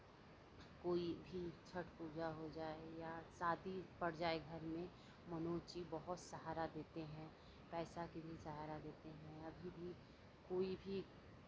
कोई भी छठ पूजा हो जाये या शादी पड़ जाये घर में मनोज जी बहुत सहारा देते हैं पैसा के लिये सहारा देते हैं अभी भी कोई भी